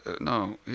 No